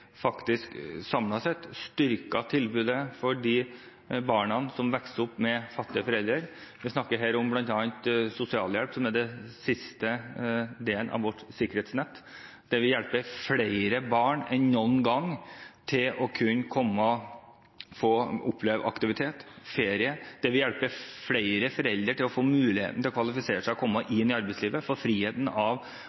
snakker her om bl.a. sosialhjelp, som er den siste delen av vårt sikkerhetsnett, der vi hjelper flere barn enn noen gang til å kunne få oppleve aktiviteter, ferie, og der vi hjelper flere foreldre til å få muligheten til å kvalifisere seg til å komme seg inn i arbeidslivet og få oppleve friheten ved å leve av